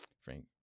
Frank